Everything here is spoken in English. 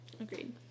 agreed